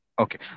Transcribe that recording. Okay